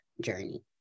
journey